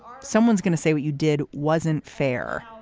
someone's going to say what you did wasn't fair.